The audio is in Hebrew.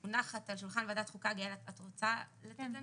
מונחת על שולחן ועדת חוקה, גאל, את רוצה לתת לנו?